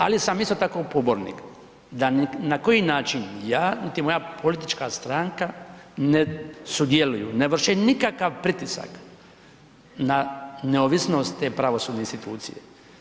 Ali sam isto tako pobornik da ni na koji način, ja niti moja politička stranka ne sudjeluju, ne vrše nikakav pritisak na neovisnost te pravosudne institucije.